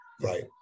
right